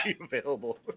available